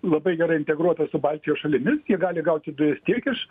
labai gerai integruota su baltijos šalimis ji gali gauti dujas tiek iš